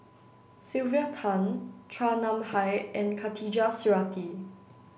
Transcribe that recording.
Sylvia Tan Chua Nam Hai and Khatijah Surattee